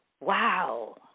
Wow